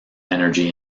energy